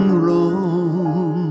wrong